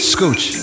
Scooch